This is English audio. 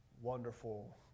wonderful